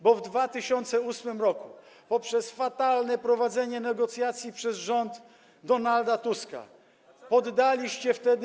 Bo w 2008 r. poprzez fatalne prowadzenie negocjacji przez rząd Donalda Tuska poddaliście wtedy.